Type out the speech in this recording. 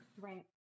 Right